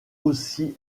aussi